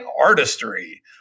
artistry